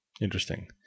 Interesting